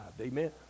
Amen